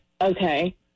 Okay